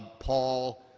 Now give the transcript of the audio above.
paul,